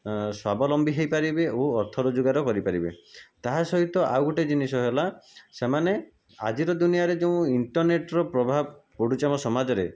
ସ୍ଵାବଲମ୍ବୀ ହୋଇପାରିବେ ଓ ଅର୍ଥ ରୋଜଗାର କରିପାରିବେ ତାହା ସହିତ ଆଉଗୋଟିଏ ଜିନିଷ ହେଲା ସେମାନେ ଆଜିର ଦୁନିଆରେ ଯେଉଁ ଇଣ୍ଟର୍ନେଟର ପ୍ରଭାବ ପଡ଼ୁଛି ଆମ ସମାଜରେ